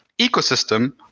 ecosystem